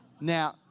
Now